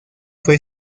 fue